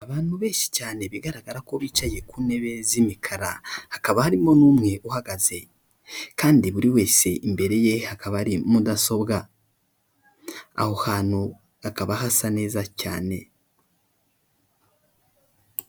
Abantu benshi cyane bigaragara ko bicaye ku ntebe z'imikara hakaba harimo n'umwe uhagaze kandi buri wese imbere ye hakaba ari mudasobwa, aho hantu hakaba hasa neza cyane.